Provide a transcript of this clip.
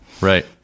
Right